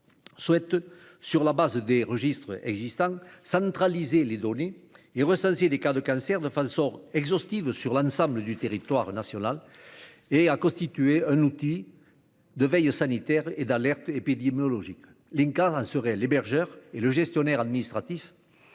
serait, sur la base des registres existants, de centraliser les données et de recenser les cas de cancers de façon exhaustive sur l'ensemble du territoire national, mais aussi de constituer un outil de veille sanitaire et d'alerte épidémiologique. L'INCa en serait l'hébergeur et le gestionnaire administratif,